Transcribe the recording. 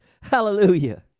Hallelujah